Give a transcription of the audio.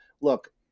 look